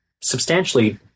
substantially